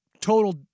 Total